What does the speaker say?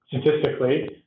statistically